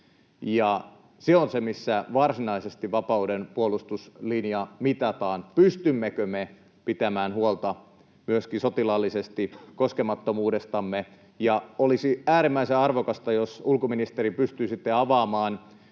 Se on se, missä varsinaisesti vapauden puolustuslinja mitataan: pystymmekö me pitämään huolta myöskin sotilaallisesti koskemattomuudestamme. Olisi äärimmäisen arvokasta, jos, ulkoministeri, pystyisitte avaamaan